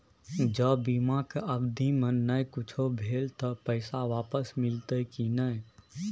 ज बीमा के अवधि म नय कुछो भेल त पैसा वापस मिलते की नय?